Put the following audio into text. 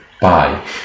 bye